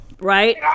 Right